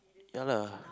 ya lah